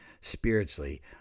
spiritually